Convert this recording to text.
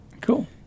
Cool